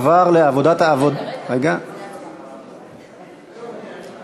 חשבונות בעלי יתרה צבורה נמוכה) (הוראת שעה),